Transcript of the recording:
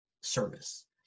service